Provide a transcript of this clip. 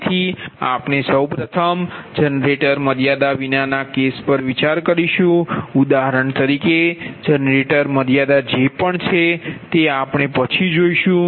તેથી આપણે સૌ પ્રથમ જનરેટર મર્યાદા વિના ના કેસ પર વિચાર કરીશું ઉદાહરણ તરીકે જનરેટર મર્યાદા જે પણ છે તે આપણે પછી જોશું